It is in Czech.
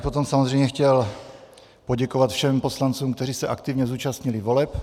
Potom bych samozřejmě chtěl poděkovat všem poslancům, kteří se aktivně zúčastnili voleb.